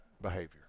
behavior